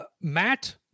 Matt